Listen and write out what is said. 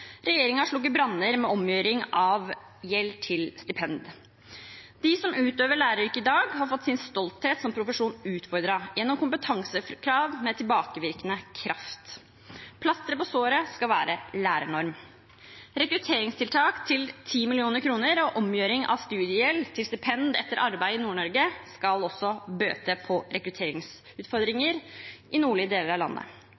branner med omgjøring av gjeld til stipend. De som utøver læreryrket i dag, har fått sin profesjonsstolthet utfordret gjennom kompetansekrav med tilbakevirkende kraft. Plasteret på såret skal være lærernorm. Rekrutteringstiltak til 10 mill. kr og omgjøring av studiegjeld til stipend etter arbeid i Nord-Norge skal også bøte på